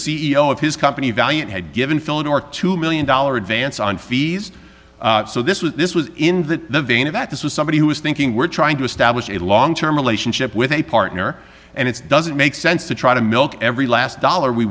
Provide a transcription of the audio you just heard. o of his company valiant had given fillin or two million dollars advance on fees so this was this was in the vein of that this was somebody who was thinking we're trying to establish a long term relationship with a partner and it's doesn't make sense to try to milk every last dollar we